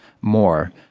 more